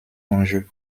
enjeu